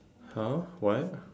!huh! what